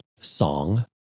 Song